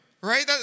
right